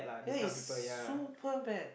ya is super bad